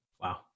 Wow